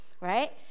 right